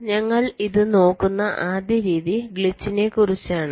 അതിനാൽ ഞങ്ങൾ ഇത് നോക്കുന്ന ആദ്യ രീതി ഗ്ലിച്ചിനെക്കുറിച്ചാണ്